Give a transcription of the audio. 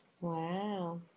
wow